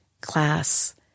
class